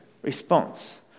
response